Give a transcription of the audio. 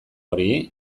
hori